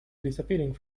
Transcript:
disappearing